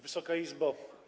Wysoka Izbo!